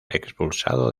expulsado